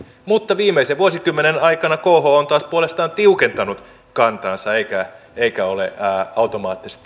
mutta viimeisen vuosikymmenen aikana kho on taas puolestaan tiukentanut kantaansa eikä ole automaattisesti